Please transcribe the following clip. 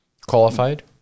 qualified